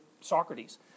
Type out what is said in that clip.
Socrates